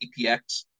EPX